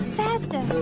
faster